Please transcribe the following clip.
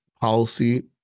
policy